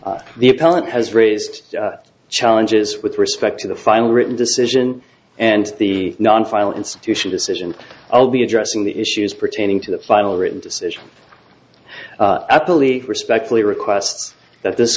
court the appellant has raised challenges with respect to the final written decision and the non final institution decision i'll be addressing the issues pertaining to the final written decision actually respectfully requests that this